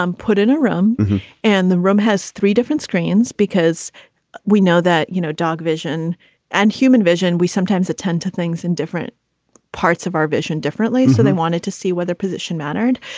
um put in a room and the room has three different screens because we know that, you know, dog vision and human vision, we sometimes attend to things. different parts of our vision differently. so they wanted to see where their position mattered.